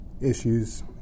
issues